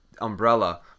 umbrella